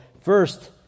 First